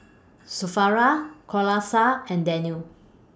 Syafaqah Qalasha and Daniel